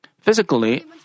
Physically